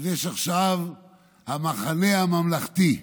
עכשיו יש המחנה הממלכתי.